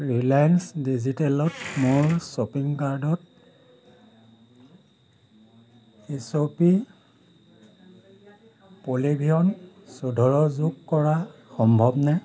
Reliance ডিজিটেলত মোৰ shopping কাৰ্টত এইচঅপি পলিভিয়ন চৈধ্যৰ যোগ কৰা সম্ভৱ নে